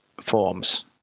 forms